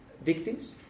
victims